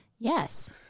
Yes